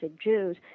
jews